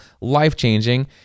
life-changing